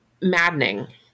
maddening